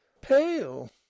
Pale